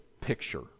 picture